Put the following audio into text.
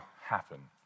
happen